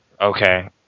Okay